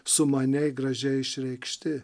sumaniai gražiai išreikšti